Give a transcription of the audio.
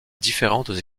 différentes